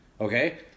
Okay